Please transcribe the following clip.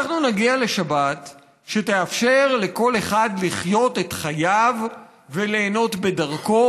אנחנו נגיע לשבת שתאפשר לכל אחד לחיות את חייו וליהנות בדרכו.